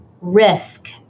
risk